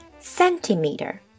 centimeter